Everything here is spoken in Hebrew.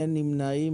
אין נמנעים,